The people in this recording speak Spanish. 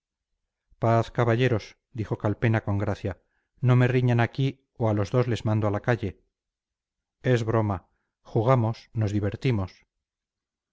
paz caballeros dijo calpena con gracia no me riñan aquí o a los dos les mando a la calle es broma jugamos nos divertimos